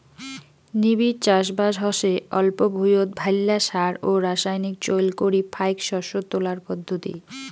নিবিড় চাষবাস হসে অল্প ভুঁইয়ত ভাইল্লা সার ও রাসায়নিক চইল করি ফাইক শস্য তোলার পদ্ধতি